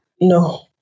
No